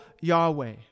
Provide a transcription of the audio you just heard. Yahweh